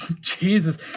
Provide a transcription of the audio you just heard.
Jesus